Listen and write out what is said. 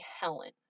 Helen